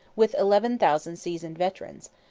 with eleven thousand seasoned veterans,